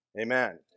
amen